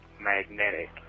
Magnetic